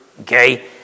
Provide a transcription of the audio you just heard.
okay